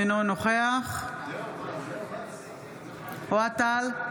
אינו נוכח אוהד טל,